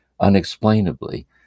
unexplainably